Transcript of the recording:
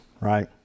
right